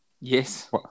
Yes